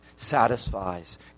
satisfies